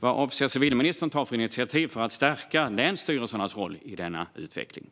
Vad avser civilministern att ta för initiativ för att stärka länsstyrelsernas roll i denna utveckling?